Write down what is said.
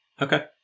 Okay